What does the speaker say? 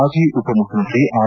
ಮಾಜಿ ಉಪ ಮುಖ್ಯಮಂತ್ರಿ ಆರ್